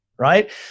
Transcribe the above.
Right